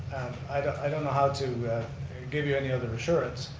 i don't know how to give you any other assurance.